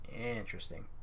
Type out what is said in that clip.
Interesting